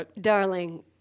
darling